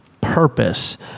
purpose